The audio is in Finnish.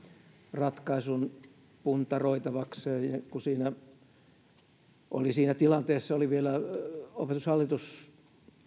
ratkaisun puntaroitavakseen kun siinä tilanteessa oli vielä opetushallitus